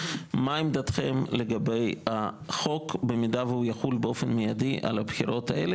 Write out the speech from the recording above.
מה עמדתכם לגבי החוק במידה שהוא יחול באופן מיידי על הבחירות האלה?